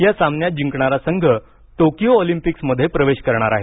या सामन्यात जिंकणारा संघ टोकियो ऑलिंपिक्समध्ये प्रवेश करणार आहे